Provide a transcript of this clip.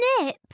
nip